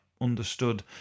understood